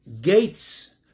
gates